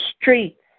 streets